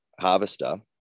harvester